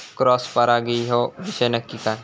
Cross परागी ह्यो विषय नक्की काय?